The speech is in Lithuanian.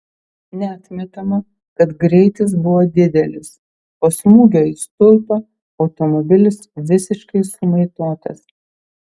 neatmetama kad greitis buvo didelis po smūgio į stulpą automobilis visiškai sumaitotas